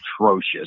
atrocious